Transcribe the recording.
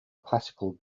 classical